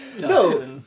no